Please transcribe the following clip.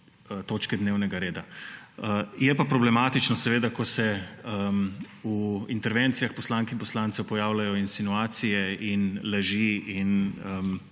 točke dnevnega reda. Je pa problematično seveda, ko se v intervencijah poslank in poslancev pojavljajo insinuacije in laži in